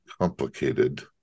complicated